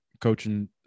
coaching